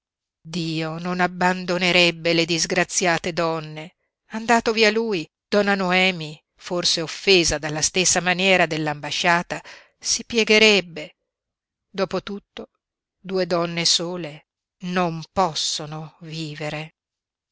dio non abbandonerebbe le disgraziate donne andato via lui donna noemi forse offesa dalla stessa maniera dell'ambasciata si piegherebbe dopo tutto due donne sole non possono vivere